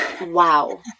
Wow